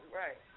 right